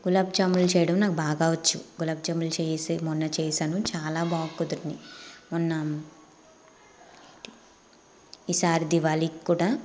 గులాబ్ జామున్ చేయడం నాకు బాగా వచ్చు గులాబ్ జామున్ చేసే మొన్న చేసాను చాలా బాగా కుదిరాయి మొన్న ఈసారి దివాళికి కూడా